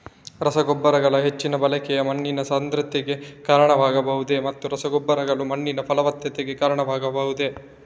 ರಸಗೊಬ್ಬರಗಳ ಹೆಚ್ಚಿನ ಬಳಕೆಯು ಮಣ್ಣಿನ ಸಾಂದ್ರತೆಗೆ ಕಾರಣವಾಗಬಹುದೇ ಮತ್ತು ರಸಗೊಬ್ಬರಗಳು ಮಣ್ಣಿನ ಫಲವತ್ತತೆಗೆ ಕಾರಣವಾಗಬಹುದೇ?